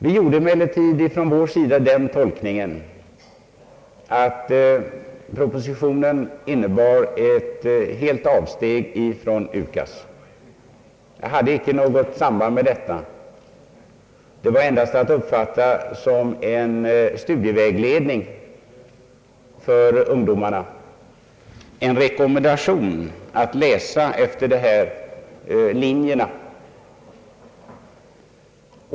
Vi gjorde från vår sida den tolkningen, att propositionen innebar ett fullständigt avsteg från UKAS. Det nya förslaget var endast att uppfatta som en studievägledning — en rekommendation till ungdomarna att läsa efter dessa linjer.